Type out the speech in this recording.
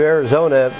Arizona